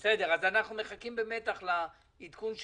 אנחנו מחכים במתח לעדכון שלכם.